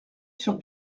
sur